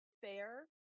fair